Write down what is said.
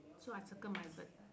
so I circle my bird